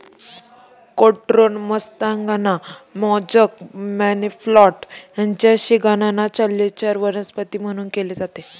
croton मत्स्यांगना, mosaic, money plant यांचीही गणना जलचर वनस्पती म्हणून केली जाते